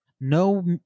No